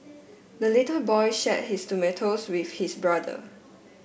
the little boy shared his tomatoes with his brother